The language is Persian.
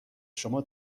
شما